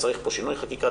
צריך פה שינוי חקיקה,